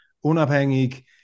unabhängig